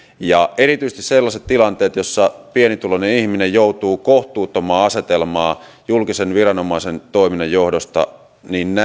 erityisesti sellaiset tilanteet joissa pienituloinen ihminen joutuu kohtuuttomaan asetelmaan julkisen viranomaisen toiminnan johdosta